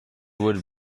would